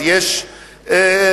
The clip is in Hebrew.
אז יש בתי-משפט,